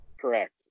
Correct